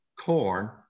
corn